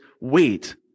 wait